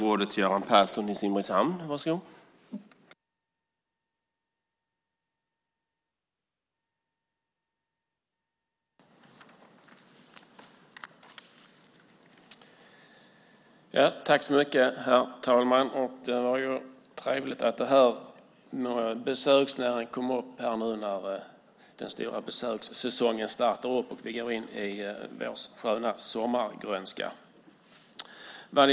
Herr talman! Det är trevligt att frågan om besöksnäringen kommer upp nu när den stora besökssäsongen startar och vi går in i den sköna sommargrönskan.